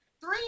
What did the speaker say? Three